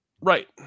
right